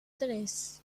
tres